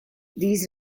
these